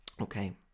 Okay